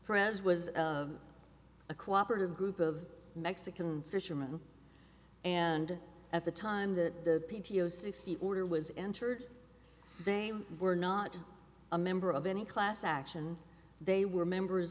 pres was a cooperative group of mexican fishermen and at the time that the p t o sixty order was entered they were not a member of any class action they were members